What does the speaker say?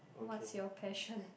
what's your passion